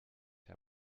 herr